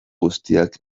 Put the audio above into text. guztiak